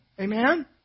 Amen